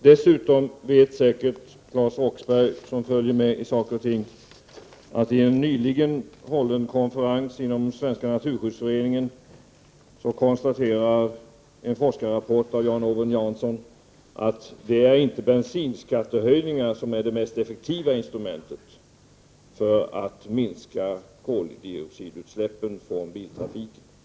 Dessutom vet säkert Claes Roxbergh, som följer med saker och ting, att det vid en nyligen hållen konferens inom Svenska Naturskyddsföreningen presenterades en forskarrapport av Jan Owen Jansson som konstaterade att bensinskattehöjningen inte är det mest effektiva instrumentet för att minska koldioxidutsläppen från biltrafiken.